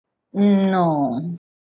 mm no